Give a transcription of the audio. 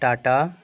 tata